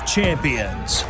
Champions